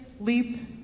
Leap